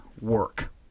work